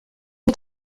mit